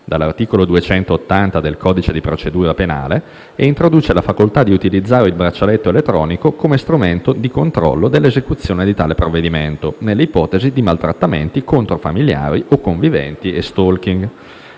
dall'articolo 280 del codice di procedura penale e introduce la facoltà di utilizzare il braccialetto elettronico come strumento di controllo dell'esecuzione di tale provvedimento, nelle ipotesi di maltrattamenti contro familiari o conviventi e *stalking*.